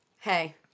Hey